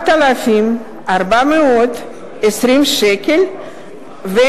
4,420.20 שקלים.